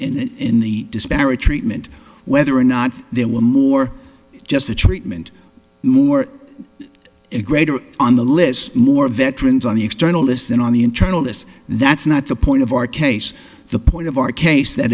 are in the disparate treatment whether or not there were more just the treatment more it greater on the list more veterans on the external is than on the internal this that's not the point of our case the point of our case that